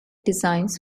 designs